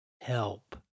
Help